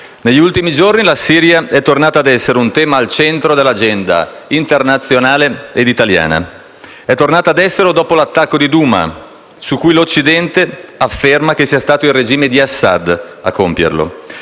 negli ultimi giorni la Siria è tornata ad essere un tema al centro dell'agenda internazionale ed italiana. È tornata ad esserlo dopo l'attacco di Douma, su cui l'Occidente afferma che sia stato compiuto dal regime di Assad; ed